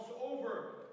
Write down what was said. over